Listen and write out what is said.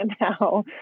now